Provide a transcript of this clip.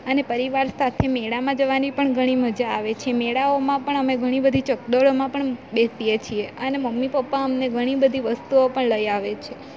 અને પરિવાર સાથે મેળામાં જવાની પણ ઘણી મજા આવે છે મેળાઓમાં પણ અમે ઘણી બધી ચકડોળોમાં પણ બેસીએ છીએ અને મમ્મી પપ્પા અમને ઘણી બધી વસ્તુઓ પણ લઈ આવે છે